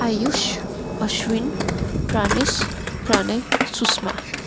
Ayush Ashwin Pranesh Pranay Sushma